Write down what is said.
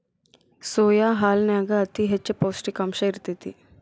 soya ಹಾಲನ್ಯಾಗ ಅತಿ ಹೆಚ್ಚ ಪೌಷ್ಟಿಕಾಂಶ ಇರ್ತೇತಿ